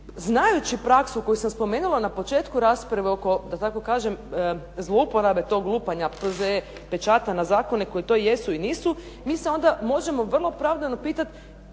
znajući praksu koju sam spomenula na početku rasprave oko, da tako kažem, zlouporabe tog lupanja P.Z.E. pečata na zakone koji to jesu i nisu, mi se onda možemo vrlo opravdano pitati